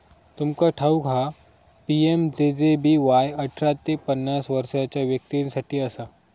तुमका ठाऊक हा पी.एम.जे.जे.बी.वाय अठरा ते पन्नास वर्षाच्या व्यक्तीं साठी असा